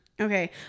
Okay